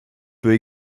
peut